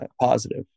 positive